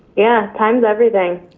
yeah, time's everything.